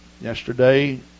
Yesterday